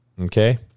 Okay